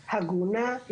הגונה,